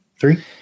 three